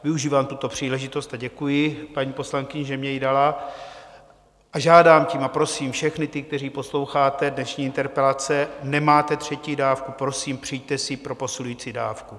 Využívám tuto příležitost a děkuji paní poslankyni, že mně ji dala, a žádám tím a prosím všechny ty, kteří posloucháte dnešní interpelace, nemáte třetí dávku, prosím, přijďte si pro posilující dávku.